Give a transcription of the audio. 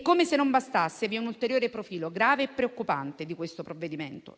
Come se non bastasse, vi è un ulteriore profilo grave e preoccupante del provvedimento,